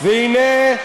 והנה,